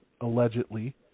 allegedly